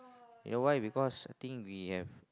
you know why because I think we have